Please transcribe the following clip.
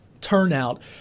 turnout